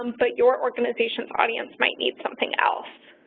um but your organization's audience might need something else.